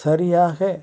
சரியாக